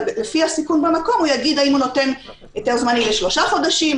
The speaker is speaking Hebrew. אבל לפי הסיכון במקום הוא יגיד האם הוא נותן היתר זמני לשלושה חודשים,